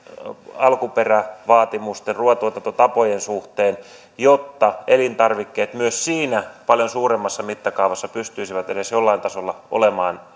alkuperävaatimusten ruuantuotantotapojen suhteen jotta elintarvikkeet myös siinä paljon suuremmassa mittakaavassa pystyisivät edes jollain tasolla olemaan